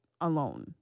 alone